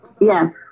Yes